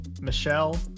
Michelle